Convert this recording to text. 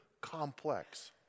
complex